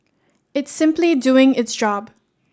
it's simply doing its job